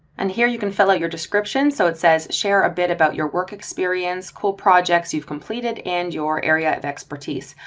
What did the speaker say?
and here, you can fill out your description. so it says share a bit about your work experience, cool projects you've completed and your area of expertise.